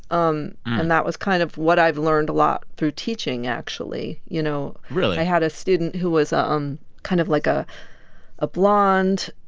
um and that was kind of what i've learned a lot through teaching, actually you know? really? i had a student who was um kind of, like, ah a blond,